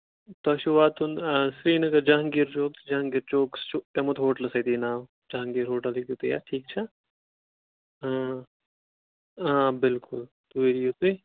تۅہہِ چھُ واتُن آ سری نَگر جہانگیٖر چوک جَہانگیٖر چوکَس چھُ پیٚومُت ہوٹلہٕ سٍتی ناو جَہانگیٖر ہوٹل ہیٚکِو تُہۍ اَتھ ٹھیٖک چھا آ آ بِلکُل توٗرۍ یِیِو تُہۍ